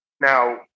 Now